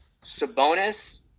Sabonis